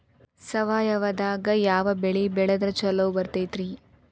ಸಾವಯವದಾಗಾ ಯಾವ ಬೆಳಿ ಬೆಳದ್ರ ಛಲೋ ಬರ್ತೈತ್ರಿ?